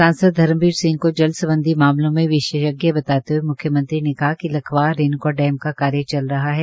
सांसद धर्मबीर सिंह को जल संबंधी मामलों में विशेषज्ञ बताते हुए मुख्यमंत्री ने कहा कि लखवार रेणूका डैम का कार्य चल रहा है